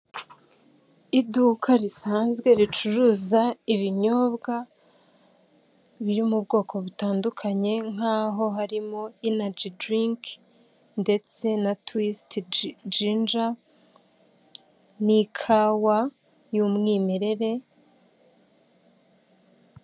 Iduka risanzwe ricuruza ibinyobwa biri mu bwoko butandukanye nkaho harimo inaji dirinki ndetse na twisita jinja n'ikawa y'umwimerere.